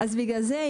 אז בגלל זה,